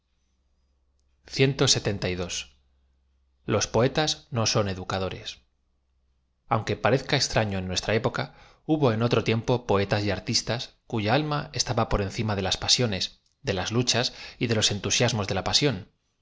yi o poetas no son educadores áuoque parezca eztrafio eo nuestra époua hubo en otro tiempo poetas y artistas cuya alm a estaba por encima de las pasiones de las luchas y de los entu siasmos de la pasión